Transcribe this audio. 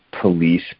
police